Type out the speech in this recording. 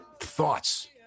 Thoughts